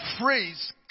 phrase